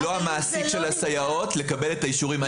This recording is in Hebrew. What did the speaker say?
לא המעסיק של הסייעת לקבל את האישורים.